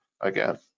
Again